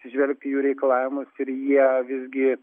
atsižvelgti į jų reikalavimus ir jie visgi